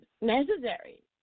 necessary